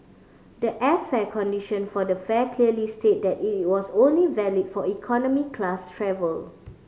the airfare condition for the fare clearly stated that it was only valid for economy class travel